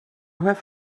have